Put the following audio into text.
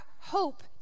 hope